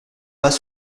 pas